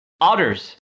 otters